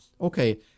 okay